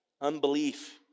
Unbelief